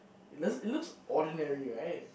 it doesn't it looks ordinary right